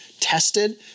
tested